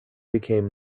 became